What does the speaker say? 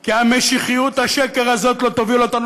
כי משיחיות השקר הזאת לא תוביל אותנו